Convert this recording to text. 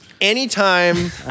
Anytime